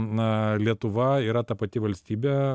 na lietuva yra ta pati valstybė